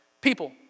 People